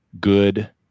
good